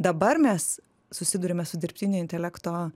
dabar mes susiduriame su dirbtinio intelekto